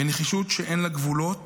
בנחישות שאין לה גבולות